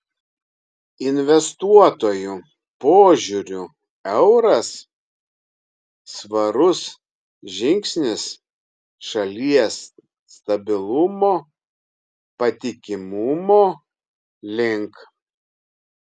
investuotojų požiūriu euras svarus žingsnis šalies stabilumo patikimumo link